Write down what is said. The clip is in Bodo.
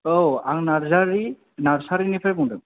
औ आं नार्जारि नारसारिनिफ्राय बुंदों